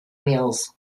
mills